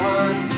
one